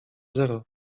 zero